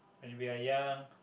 when we are young